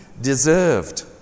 deserved